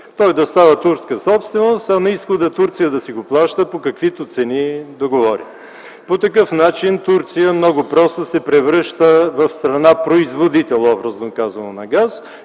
тя да става турска собственост, а на изхода от Турция да и я плащат по каквито цени договори. По такъв начин Турция много просто се превръща в страна-производител на газ, образно казано,